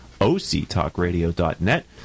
octalkradio.net